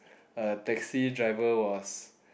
a taxi driver was